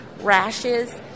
rashes